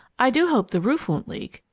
i do hope the roof won't leak.